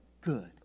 good